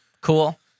Cool